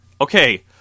Okay